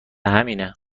همینه